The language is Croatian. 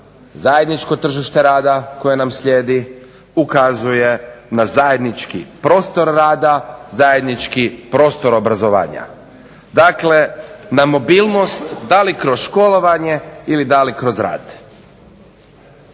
zajedničko tržište rada koje nam slijedi ukazuje na zajednički prostor rada, zajednički prostor obrazovanja. Dakle, na mobilnost da li kroz školovanje ili da li kroz rad.